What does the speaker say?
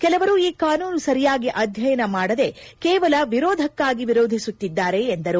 ಕೆಲವರು ಈ ಕಾನೂನು ಸರಿಯಾಗಿ ಅಧ್ವಯನ ಮಾಡದೆ ಕೇವಲ ವಿರೋಧಕ್ಕಾಗಿ ವಿರೋಧಿಸುತ್ತಿದ್ದಾರೆ ಎಂದರು